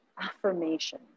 affirmation